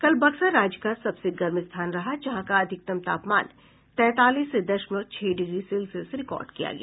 कल बक्सर राज्य का सबसे गर्म स्थान रहा जहां का अधिकतम तापमान तैंतालीस दशमलव छह डिग्री सेल्सियस रिकॉर्ड किया गया